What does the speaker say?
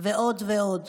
ועוד ועוד.